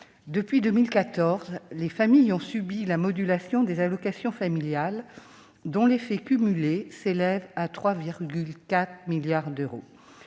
depuis 2014, les familles ont subi la modulation des allocations familiales, dont l'effet cumulé s'élève à 3,4 milliards d'euros.